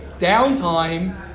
Downtime